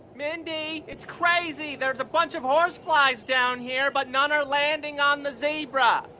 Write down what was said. mindy, it's crazy. there's a bunch of horseflies down here, but none are landing on the zebra.